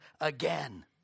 again